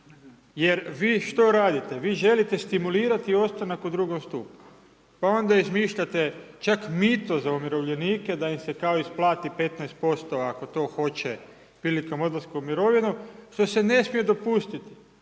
jer vi što radite? Vi želite stimulirati ostanak u II. stupu pa onda izmišljate čak mito za umirovljenike da im se kao isplati 15% ako to hoće prilikom odlaska u mirovinu što se ne smije dopustiti,